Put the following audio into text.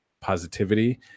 positivity